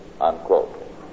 unquote